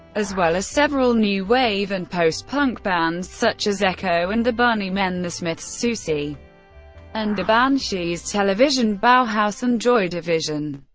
as well as several new wave and post-punk bands, such as echo and the bunnymen, the smiths, siouxsie and the banshees, television, bauhaus, and joy division.